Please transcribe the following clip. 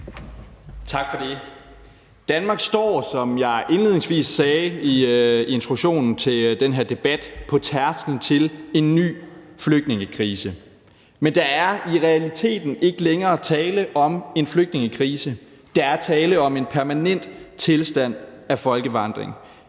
Tak for det. Danmark står, som jeg sagde i begrundelsen for forslaget ved introduktionen til den her debat, på tærsklen til en ny flygtningekrise. Men der er i realiteten ikke længere tale om en flygtningekrise, der er tale om en permanent tilstand af folkevandring,